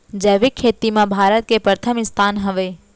जैविक खेती मा भारत के परथम स्थान हवे